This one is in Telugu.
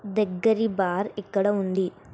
దగ్గరి బార్ ఇక్కడ ఉంది